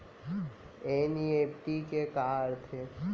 NEFT के का अर्थ है?